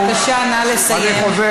בבקשה, נא לסיים.